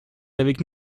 avec